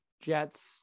Jets